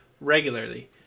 regularly